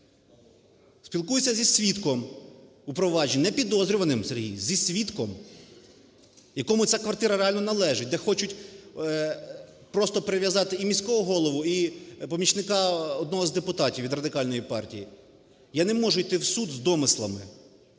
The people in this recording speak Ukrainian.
спілкуюся зі свідком у провадженні, не підозрюваним, Сергій, зі свідком, якому ця квартира реально належить, де хочуть просто прив'язати і міського голову, і помічника одного з депутатів від Радикальної партії. Я не можу йти в суд з домислами.